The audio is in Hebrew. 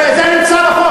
זה נמצא בחוק.